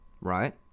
right